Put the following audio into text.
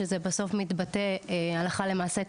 שזה בסוף מתבטא הלכה למעשה,